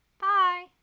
Bye